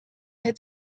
had